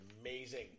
amazing